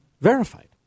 verified